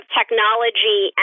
technology